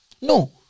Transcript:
No